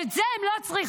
את זה הן לא צריכות.